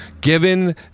given